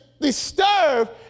disturbed